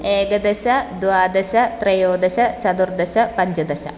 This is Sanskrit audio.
एकादश द्वादश त्रयोदश चतुर्दश पञ्चदश